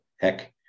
heck